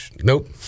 nope